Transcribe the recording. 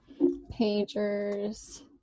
pagers